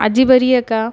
आजी बरी आहे का